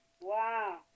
Wow